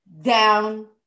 down